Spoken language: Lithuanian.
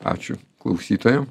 ačiū klausytojam